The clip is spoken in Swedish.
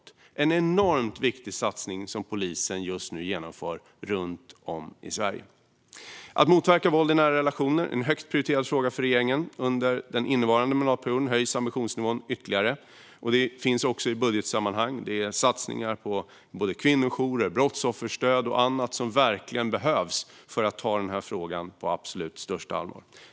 Det är en enormt viktig satsning som polisen just nu genomför runt om i Sverige. Att motverka våld i nära relationer är en högt prioriterad fråga för regeringen. Under den innevarande mandatperioden höjs ambitionsnivån ytterligare. Detta märks också i budgetsammanhang genom satsningar på kvinnojourer, brottsofferstöd och annat som verkligen behövs för att ta denna fråga på absolut största allvar.